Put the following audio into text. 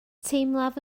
teimlaf